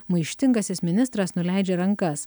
maištingasis ministras nuleidžia rankas